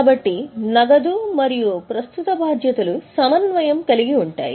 కాబట్టి నగదు మరియు ప్రస్తుత బాధ్యతలు సమన్వయము కలిగి ఉంటాయి